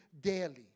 daily